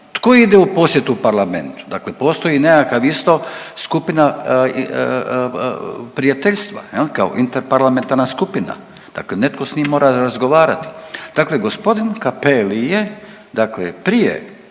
Tko ide u posjetu parlamentu? Dakle postoji nekakav isto skupina prijateljstvo, kao interparlamentarna skupina, dakle netko s njim mora razgovarati. Dakle g. Cappelli je dakle prije,